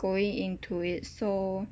going into it so